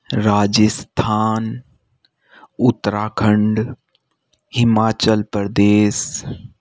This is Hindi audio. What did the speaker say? राजस्थान उत्तराखंड हिमाचल प्रदेश